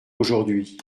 aujourd’hui